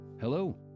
Hello